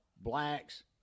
blacks